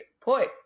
point